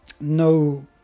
no